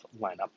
lineup